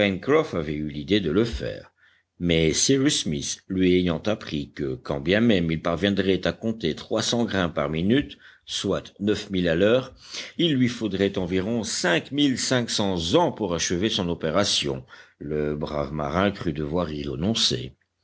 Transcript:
avait eu l'idée de le faire mais cyrus smith lui ayant appris que quand bien même il parviendrait à compter trois cents grains par minute soit neuf mille à l'heure il lui faudrait environ cinq mille cinq cents ans pour achever son opération le brave marin crut devoir y